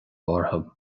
orthu